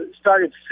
started